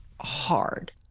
hard